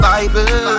Bible